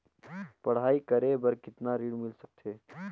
पढ़ाई करे बार कितन ऋण मिल सकथे?